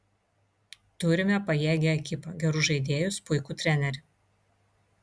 turime pajėgią ekipą gerus žaidėjus puikų trenerį